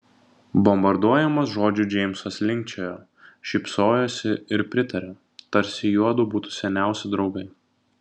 bombarduojamas žodžių džeimsas linkčiojo šypsojosi ir pritarė tarsi juodu būtų seniausi draugai